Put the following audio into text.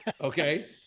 okay